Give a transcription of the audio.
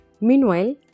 Meanwhile